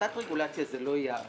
הפחתת רגולציה זה לא יעד